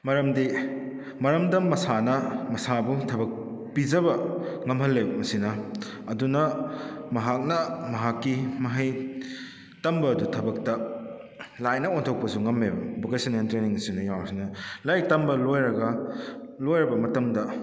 ꯃꯔꯝꯗꯤ ꯃꯔꯝꯗꯝ ꯃꯁꯥꯅ ꯃꯁꯥꯕꯨ ꯊꯕꯛ ꯄꯤꯖꯕ ꯉꯝꯍꯜꯂꯦ ꯃꯁꯤꯅ ꯑꯗꯨꯅ ꯃꯍꯥꯛꯅ ꯃꯍꯥꯛꯀꯤ ꯃꯍꯩ ꯇꯝꯕꯗꯨ ꯊꯕꯛꯇ ꯂꯥꯏꯅ ꯑꯣꯟꯊꯣꯛꯄꯁꯨ ꯉꯝꯃꯦꯕ ꯕꯣꯀꯦꯁꯟꯅꯦꯜ ꯇ꯭ꯔꯦꯅꯤꯡꯁꯤꯅ ꯌꯥꯎꯔꯤꯁꯤꯅ ꯂꯥꯏꯔꯤꯛ ꯇꯝꯕ ꯂꯣꯏꯔꯒ ꯂꯣꯏꯔꯕ ꯃꯇꯝꯗ